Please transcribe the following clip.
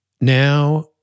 now